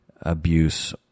abuse